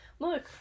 look